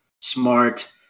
smart